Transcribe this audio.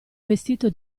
vestito